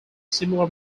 similar